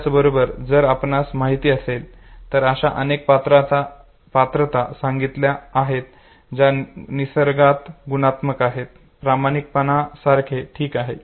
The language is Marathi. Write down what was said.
त्याचप्रमाणे जर आपणास माहित असेल तर अशा अनेक पात्रता सांगितल्या आहेत ज्या निसर्गात गुणात्मक आहेत प्रामाणिकपणा सारखे ठीक आहे